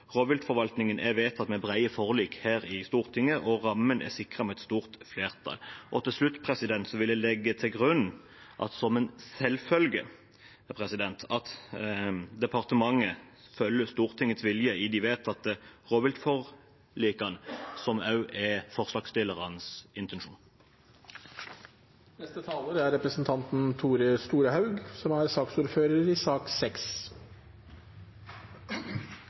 Rovviltforvaltningen er vedtatt med brede forlik her i Stortinget, og rammen er sikret med et stort flertall. Til slutt vil jeg legge til grunn, som en selvfølge, at departementet følger Stortingets vilje i de vedtatte rovviltforlikene, som også er forslagsstillernes intensjon. Det stemmer at eg har fått vere saksordførar for sak nr. 6, som vi behandlar i